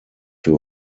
für